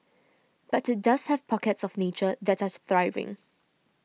but it does have pockets of nature that are thriving